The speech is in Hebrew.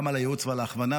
גם על הייעוץ ועל ההכוונה,